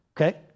Okay